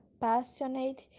passionate